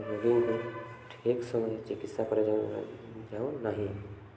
ରୋଗୀଙ୍କୁ ଠିକ୍ ସମୟ ଚିକିତ୍ସା କରା ଯାଉ ଯାଉନାହିଁ